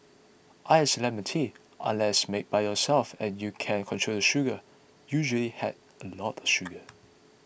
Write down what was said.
iced lemon tea unless made by yourself and you can control the sugar usually has a lot of sugar